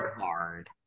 hard